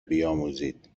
بیاموزید